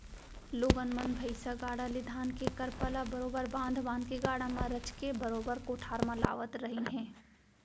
लोगन मन भईसा गाड़ा ले धान के करपा ल बरोबर बांध बांध के गाड़ा म रचके बरोबर कोठार म लावत रहिन हें